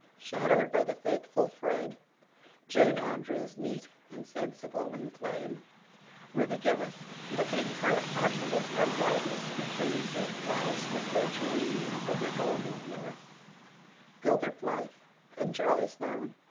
shadowed by the faithful fred jane andrews, neat and sensible and plain ruby gillis, looking her handsomest and brightest in a cream silk blouse, with red geraniums in her golden hair gilbert blythe and charlie sloane,